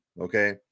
okay